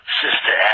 sister